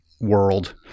world